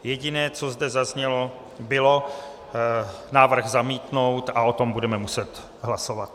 Jediné, co zde zaznělo, bylo návrh zamítnout a o tom budeme muset hlasovat.